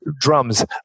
drums